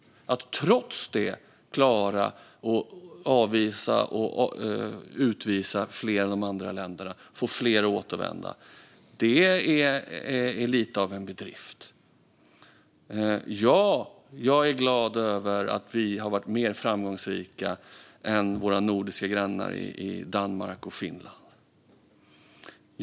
Att trots det klara att avvisa och utvisa fler än de andra länderna och få fler att återvända är lite av en bedrift. Ja, jag är glad över att vi har varit mer framgångsrika än våra nordiska grannar Danmark och Finland.